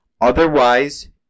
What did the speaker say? otherwise